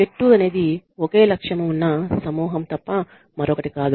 జట్టు అనేది ఒకే లక్ష్యము ఉన్న సమూహం తప్ప మరొకటి కాదు